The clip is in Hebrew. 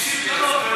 60 דונם?